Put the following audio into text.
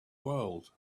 world